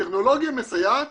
טכנולוגיה מסייעת